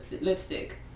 lipstick